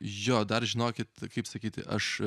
jo dar žinokit kaip sakyti aš